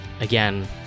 Again